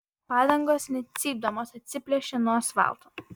padangos net cypdamos atsiplėšė nuo asfalto